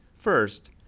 First